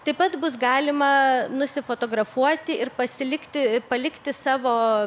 taip pat bus galima nusifotografuoti ir pasilikti palikti savo